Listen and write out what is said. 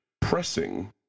pressing